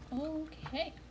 Okay